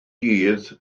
dydd